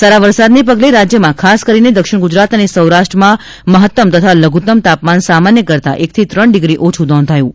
સારા વરસાદના પગલે રાજ્યમાં ખાસ કરીને દક્ષિણ ગુજરાત અને સૌરાષ્ટ્રમાં મહત્તમ તથા લઘ્રત્તમ તાપમાન સામાન્ય કરતાં એકથી ત્રણ ડિગ્રી ઓછું નોંધાયું છે